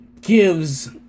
gives